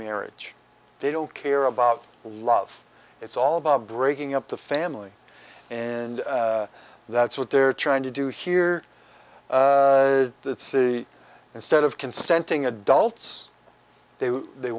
marriage they don't care about love it's all about breaking up the family and that's what they're trying to do here that say instead of consenting adults they